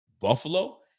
Buffalo